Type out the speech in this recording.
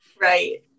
Right